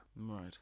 Right